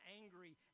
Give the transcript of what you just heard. angry